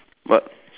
what